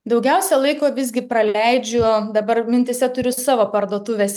daugiausiai laiko visgi praleidžiu dabar mintyse turiu savo parduotuvės